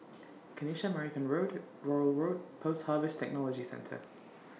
Kanisha Marican Road Rowell Road Post Harvest Technology Centre